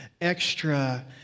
extra